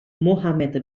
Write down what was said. mohamed